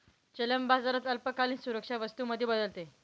चलन बाजारात अल्पकालीन सुरक्षा वस्तू मध्ये बदलते